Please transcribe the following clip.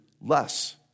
less